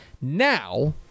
Now